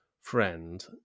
friend